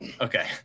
okay